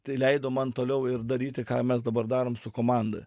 tai leido man toliau ir daryti ką mes dabar darom su komanda